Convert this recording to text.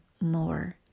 more